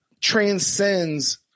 transcends